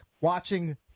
watching